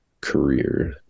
career